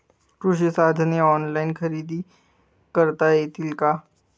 कृषी साधने ऑनलाइन खरेदी करता येतील का?